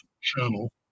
channel